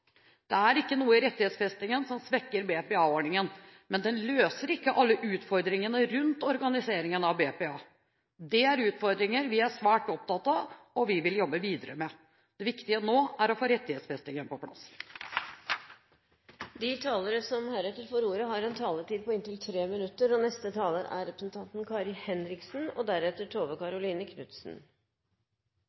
Det er ikke noe i rettighetsfestingen som svekker BPA-ordningen, men man løser ikke alle utfordringene rundt organiseringen BPA. Det er utfordringer vi er svært opptatt av, og som vi vil jobbe videre med. Det viktige nå er å få rettighetsfestingen på plass. De talerne som heretter får ordet, har en taletid på inntil 3 minutter. Denne meldingen føyer seg inn i rekken av politiske saker som tar pulsen på – og